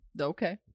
Okay